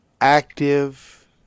Active